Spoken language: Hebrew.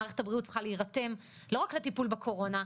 מערכת הבריאות צריכה להירתם ולא רק לטיפול בקורונה,